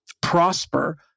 prosper